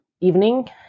evening